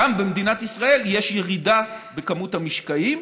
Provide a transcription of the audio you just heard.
גם במדינת ישראל, יש ירידה בכמות המשקעים.